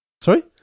Sorry